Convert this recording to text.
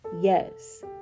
yes